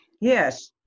Yes